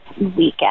weekend